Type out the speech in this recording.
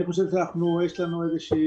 אני חושב שיש לנו איזושהי